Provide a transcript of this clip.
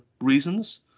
reasons